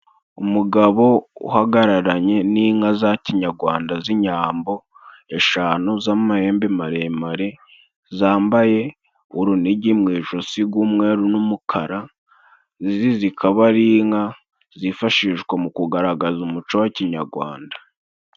Umugabo uhagararanye n' inka za kinyagwanda z' inyambo eshanu z' amahembe maremare, zambaye urunigi mu ijosi rw' umwe n' umukara, izi zikaba ari inka zifashishwa mu kugaragaza umuco wa kinyagwanda.